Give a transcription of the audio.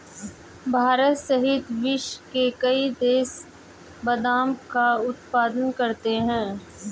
भारत सहित विश्व के कई देश बादाम का उत्पादन करते हैं